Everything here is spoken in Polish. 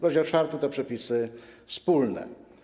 Rozdział 4 to przepisy wspólne.